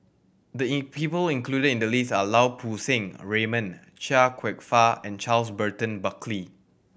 the in people included in the list are Lau Poo Seng Raymond Chia Kwek Fah and Charles Burton Buckley